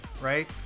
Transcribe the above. right